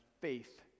faith